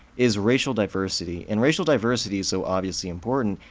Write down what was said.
is racial diversity, and racial diversity is so obviously important,